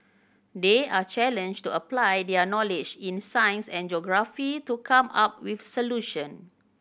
they are challenged to apply their knowledge in science and geography to come up with solution